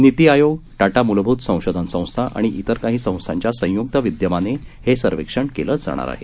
निती आयोग टाटा मलभूत संशोधन संस्था आणि इतर काही संस्थांच्या संयुक्त विद्यामाने हे सर्वेक्षण केलं जाईल